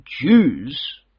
Jews